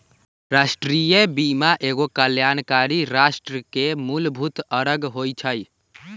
राष्ट्रीय बीमा एगो कल्याणकारी राष्ट्र के मूलभूत अङग होइ छइ